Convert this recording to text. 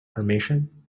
formation